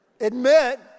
Admit